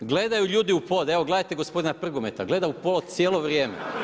Gledaju ljudi u pod, evo gledajte gospodina Prgometa, gleda u pod cijelo vrijeme.